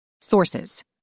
Sources